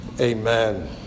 Amen